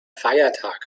feiertag